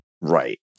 Right